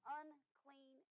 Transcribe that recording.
unclean